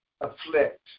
afflict